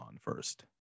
first